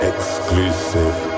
Exclusive